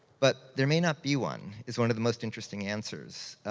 but there may not be one, is one of the most interesting answers.